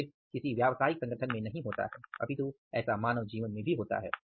यह सिर्फ किसी व्यावसायिक संगठन में नहीं होता है अपितु ऐसा मानव जीवन में भी होता है